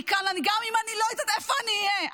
גם אם אני לא יודעת איפה אני אהיה,